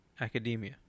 Academia